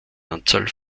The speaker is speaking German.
anzahl